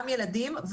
גם ילדים.